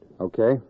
Okay